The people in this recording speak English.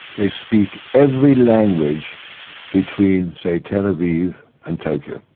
they speak every language between say tel aviv and tokyo,